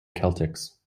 celtics